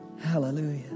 Hallelujah